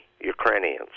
Ukrainians